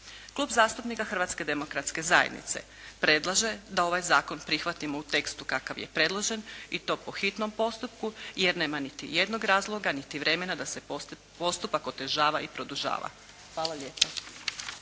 Klub zastupnika Hrvatske demokratske zajednice predlaže da ovaj zakon prihvatimo u tekstu kakav je predložen i to po hitnom postupku jer nema niti jednog razloga niti vremena da se postupak otežava i produžava. Hvala lijepa.